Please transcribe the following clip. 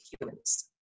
humans